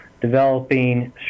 developing